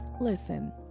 Listen